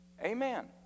amen